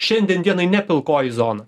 šiandien dienai ne pilkoji zona